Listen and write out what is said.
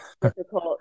difficult